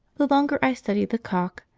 the longer i study the cock,